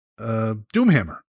Doomhammer